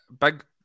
big